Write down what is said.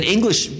English